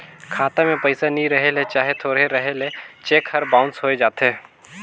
खाता में पइसा नी रहें ले चहे थोरहें रहे ले चेक हर बाउंस होए जाथे